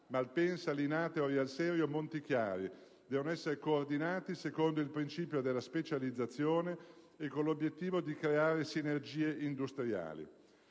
Malpensa, Linate, Orio al Serio e Montichiari devono essere coordinati secondo il principio della specializzazione e con l'obiettivo di creare sinergie industriali.